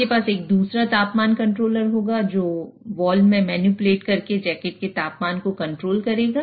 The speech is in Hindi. आपके पास एक दूसरा तापमान कंट्रोलर होगा जो वाल्व में मैनिपुलेट करके जैकेट के तापमान को कंट्रोल करेगा